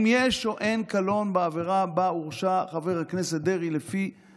אם יש או אין קלון בעבירה שבה הורשע חבר הכנסת דרעי לפי